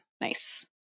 nice